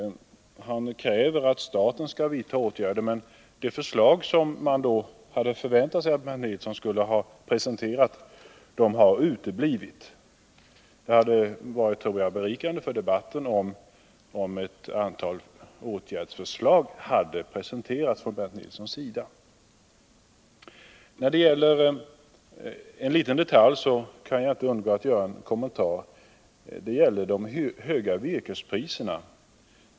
Han kräver att staten skall vidta åtgärder, men de förslag man förväntar sig att Bernt Nilsson skall presentera har uteblivit. Det hade varit berikande för debatten om Bernt Nilsson hade presenterat ett antal åtgärdsförslag. När det gäller en liten detalj kan jag inte undgå att göra en kommentar. Det gäller de höga virkespriserna.